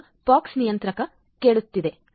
ಈಗ POX ನಿಯಂತ್ರಕ ಕೇಳುತ್ತಿದೆ